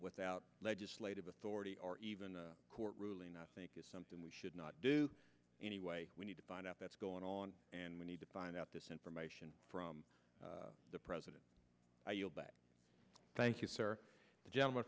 without legislative authority or even a court ruling i think is something we should not do anyway we need to find out that's going on and we need to find out this information from the president i yield back thank you sir the gentleman